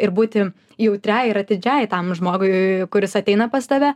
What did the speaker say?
ir būti jautriai ir atidžiai tam žmogui kuris ateina pas tave